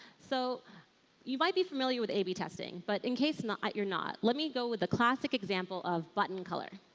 so you might be familiar with a b testing. but in case not you're not let me go with a classic example of button color.